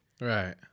right